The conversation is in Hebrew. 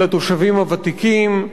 של התושבים הוותיקים,